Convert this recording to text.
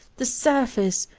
the surface,